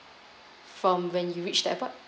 from when you reach the airport